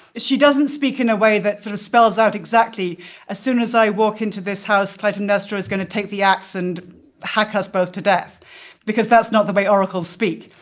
she doesn't speak in a way that sort of spells out exactly as soon as i walk into this house, clytemnestra is going to take the ax and hack us both to death because that's not the way oracles speak.